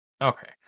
Okay